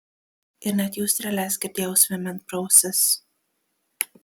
ir net jų strėles girdėjau zvimbiant pro ausis